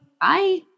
Bye